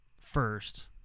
first—